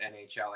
NHL